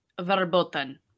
verboten